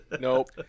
Nope